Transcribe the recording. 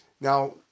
Now